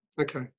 Okay